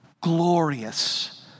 glorious